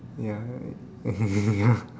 ya